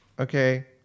Okay